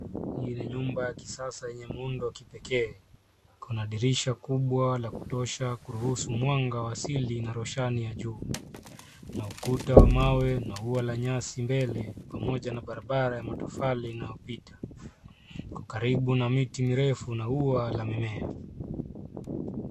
Hii ni nyumba ya kisasa yenye muundo wa kipekee, kuna dirisha kubwa la kutosha kuruhusu mwanga wa asili na roshani ya juu , na ukuta wa mawe na ua la nyasi mbele, pamoja na barabara ya matofali inayopita .Iko karibu na miti mirefu na ua la mimea.